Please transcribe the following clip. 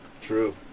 True